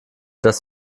das